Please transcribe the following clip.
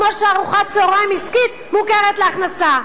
כמו שארוחת צהריים עסקית מוכרת למס הכנסה.